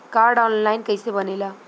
Card online कइसे बनेला?